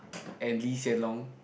and Lee Hsien Loong